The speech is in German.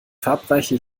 verabreiche